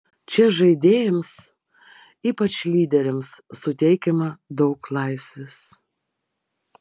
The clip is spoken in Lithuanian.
čia žaidėjams ypač lyderiams suteikiama daug laisvės